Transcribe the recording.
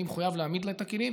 אני מחויב להעמיד לה את הכלים,